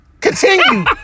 Continue